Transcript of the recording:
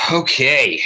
okay